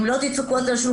אם לא תדפקו על השולחן,